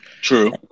True